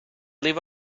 live